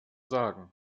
sagen